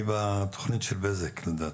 אני בתוכנית של בזק לדעתי.